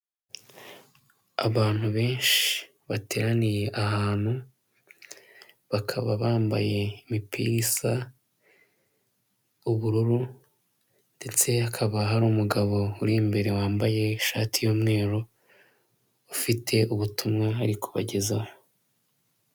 Abantu benshi bateraniye ahantu bakaba bambaye imipira isa ubururu ndetse hakaba hari umugabo uri imbere wambaye ishati y'umweru ufite ubutumwa ari kubagezaho.